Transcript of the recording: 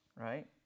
right